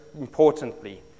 importantly